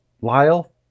Lyle